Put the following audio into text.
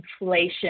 inflation